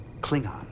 Klingon